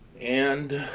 and